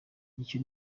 icyo